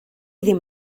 ddim